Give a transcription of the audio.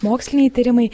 moksliniai tyrimai